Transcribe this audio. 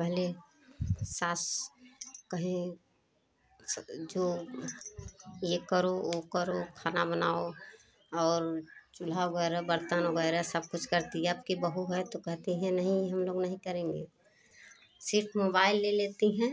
पहले सास कहे जो ये करो वो करो खाना बनाओ और चूल्हा वगैरह बरतन वगैरज सब कुछ करती अब कि बहू है तो कहती है नहीं हम लोग नहीं करेंगे सिर्फ मोबाईल ले लेती हैं